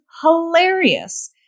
hilarious